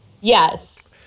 Yes